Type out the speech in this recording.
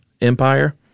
Empire